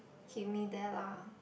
keep me there lah